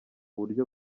buryo